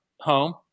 home